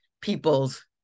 people's